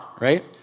right